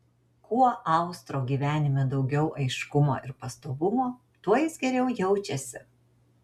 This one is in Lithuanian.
kuo austro gyvenime daugiau aiškumo ir pastovumo tuo jis geriau jaučiasi